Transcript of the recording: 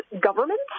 government